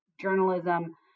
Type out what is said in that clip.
journalism